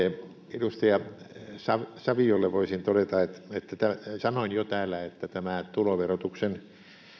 edustaja saviolle voisin todeta että että sanoin jo täällä että tämä tuloverotuksen